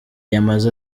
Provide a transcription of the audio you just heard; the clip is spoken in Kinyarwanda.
yamaze